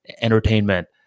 entertainment